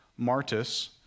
Martus